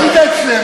ראית את הקיפוח?